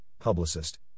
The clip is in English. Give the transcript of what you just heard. publicist